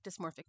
dysmorphic